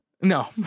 No